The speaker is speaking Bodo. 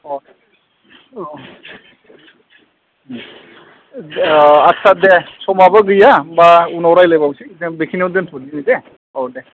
अ अ आच्चा दे समाबो गैया होनबा उनाव रायज्लायबावनोसै जों बेखिनिआवनो दोन्थ'दिनि दे औ दे